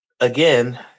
Again